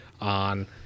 on